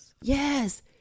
Yes